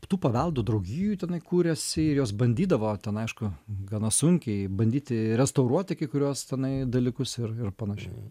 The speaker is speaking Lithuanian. tų paveldų draugijų tenai kūrėsi ir jos bandydavo ten aišku gana sunkiai bandyti restauruoti kai kuriuos tenai dalykus ir ir panašiai